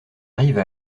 arrive